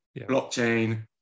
blockchain